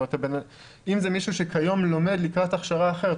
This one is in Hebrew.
אם זה מישהו שכיום לומד לקראת הכשרה אחרת,